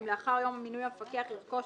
אם לאחר יום מינוי המפקח ירכוש